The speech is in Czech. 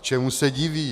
Čemu se divíš?